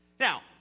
Now